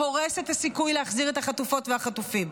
שהורס את הסיכוי להחזיר את החטופות והחטופים.